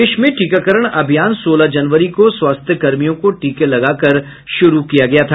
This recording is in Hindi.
देश में टीकाकरण अभियान सोलह जनवरी को स्वास्थ्य कर्मियों को टीके लगाकर शुरू किया गया था